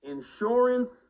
Insurance